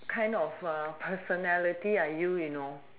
kind of a personality are you you know